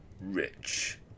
rich